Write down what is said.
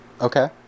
Okay